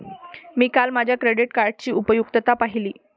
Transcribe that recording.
मी काल माझ्या क्रेडिट कार्डची उपयुक्तता पाहिली